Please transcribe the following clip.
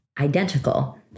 identical